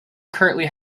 currently